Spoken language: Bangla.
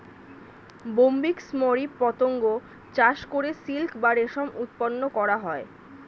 বম্বিক্স মরি পতঙ্গ চাষ করে সিল্ক বা রেশম উৎপন্ন করা হয়